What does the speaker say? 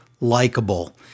likable